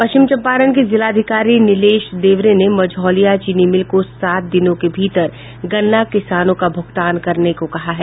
पश्चिम चंपारण के जिलाधिकारी नीलेश देवरे ने मांझौलिया चीनी मिल को सात दिनों के भीतर गन्ना किसानों का बकाया भुगतान करने को कहा है